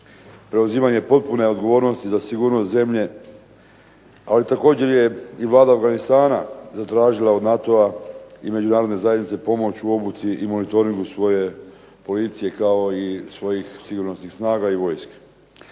Preuzimanje potpune odgovornosti za sigurnost zemlje, ali također je i Vlada Afganistana zatražila od NATO-a i Međunarodne zajednice pomoć u obuci i monitoringu svoje policije kao i svojih sigurnosnih snaga i vojske.